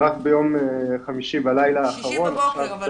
רק ביום חמישי בלילה האחרון.